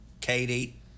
Katie